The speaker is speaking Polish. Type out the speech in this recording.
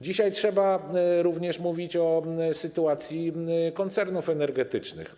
Dzisiaj trzeba również mówić o sytuacji koncernów energetycznych.